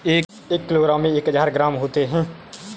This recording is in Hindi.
एक किलोग्राम में एक हजार ग्राम होते हैं